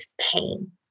pain